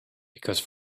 because